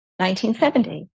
1970